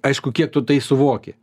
aišku kiek tu tai suvoki